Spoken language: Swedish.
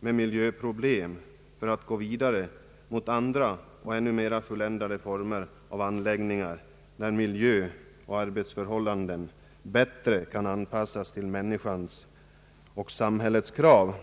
med miljöproblem för att gå vidare mot andra och ännu mera fulländade former av anläggningar, där miljöoch arbetsförhållanden bättre kan anpassas till människans och samhällets krav.